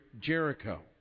jericho